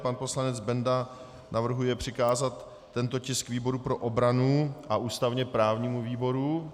Pan poslanec Benda navrhuje přikázat tento tisk výboru pro obranu a ústavněprávnímu výboru.